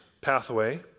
pathway